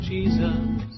Jesus